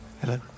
hello